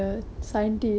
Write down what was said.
seriously